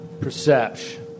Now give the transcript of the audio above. perception